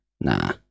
Nah